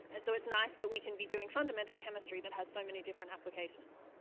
and so it's nice that we can be doing fundamental chemistry that has so many different applications.